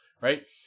right